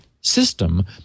system